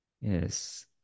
Yes